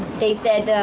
they said,